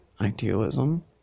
idealism